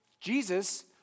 Jesus